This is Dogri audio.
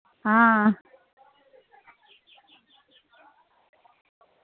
हां